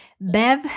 Bev